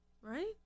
right